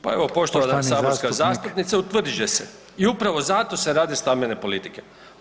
Pa evo poštovana saborska zastupnice, utvrdit će se i upravo zato se rade stambene politike.